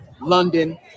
London